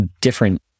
different